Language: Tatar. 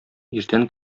иртән